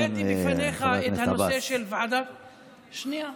העליתי בפניך את הנושא של ועדת, שנייה,